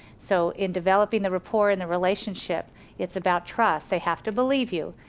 so in developing the rapport, and the relationship it's about trust, they have to believe you.